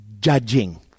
judging